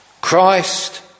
Christ